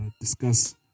discuss